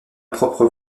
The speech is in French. propre